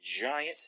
Giant